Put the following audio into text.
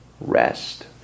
rest